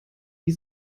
wie